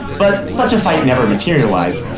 but such a fight never materialized,